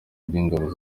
by’ingabo